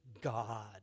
God